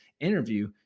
interview